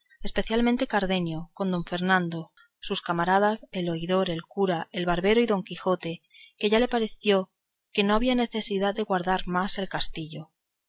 especialmente cardenio don fernando sus camaradas el oidor el cura el barbero y don quijote que ya le pareció que no había necesidad de guardar más el castillo